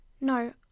No